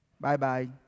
Bye-bye